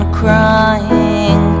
crying